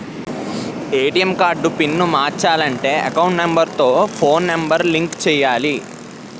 ATM card pin మార్చాలంటే account number తో phone number link చేయాలి